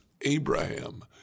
Abraham